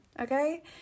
okay